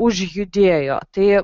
užjudėjo tai